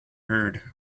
heard